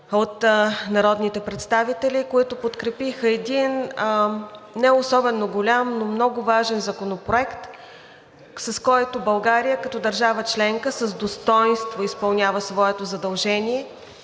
от народните представители, които подкрепиха един неособено голям, но много важен законопроект, с който България като държава членка с достойнство изпълнява своето задължение,